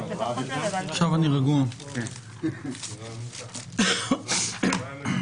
גפ"מ) (תיקון), התשפ"א-2021